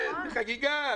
כן, חגיגה.